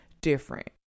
different